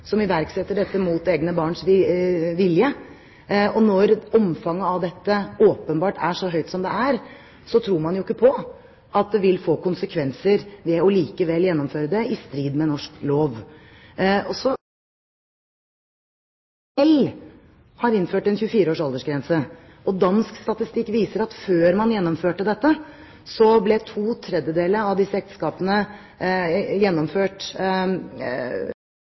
som iverksetter dette mot egne barns vilje. Og når omfanget av dette åpenbart er så stort som det er, så tror man allikevel ikke på at det vil få konsekvenser å gjennomføre det, i strid med norsk lov. Dansk statistikk viser at før ble to tredjedeler av disse ekteskapene gjennomført med henteekteskap, mens man